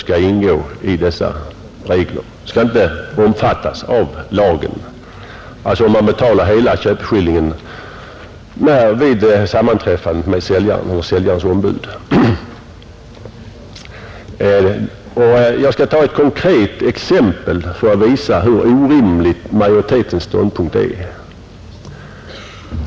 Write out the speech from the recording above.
Lagen gäller alltså inte i fall där man betalar hela köpeskillingen vid sammanträffandet med säljaren eller med säljarens ombud. Jag skall ta ett konkret exempel för att visa hur orimlig majoritetens ståndpunkt är.